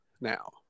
now